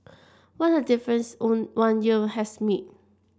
what a difference one one year has made